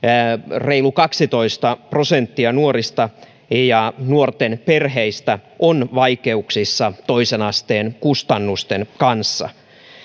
reilut kaksitoista prosenttia nuorista ja nuorten perheistä on vaikeuksissa toisen asteen kustannusten kanssa